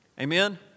Amen